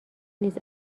نیست